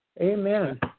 Amen